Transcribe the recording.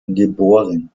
geb